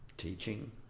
teaching